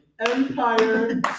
Empire